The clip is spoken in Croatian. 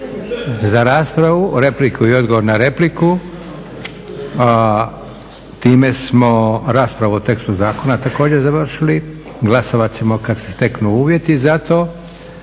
za raspravu, repliku i odgovor na repliku. Time smo raspravo o tekstu zakona također završili. Glasovat ćemo kad se steknu uvjeti za to.